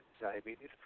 diabetes